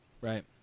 Right